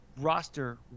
roster